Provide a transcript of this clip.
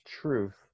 truth